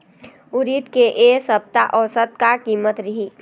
उरीद के ए सप्ता औसत का कीमत रिही?